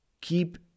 keep